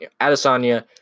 Adesanya